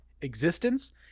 existence